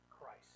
Christ